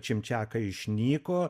čimčiakai išnyko